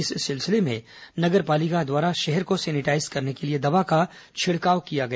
इस सिलसिले में नगर पालिका के द्वारा शहर को सैनिटाईज करने के लिए दवा का छिड़काव किया गया